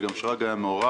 וגם שרגא ברוש היה מעורב.